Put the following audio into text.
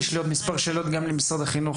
בהמשך יש לי עוד מספר שאלות גם למשרד החינוך.